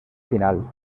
final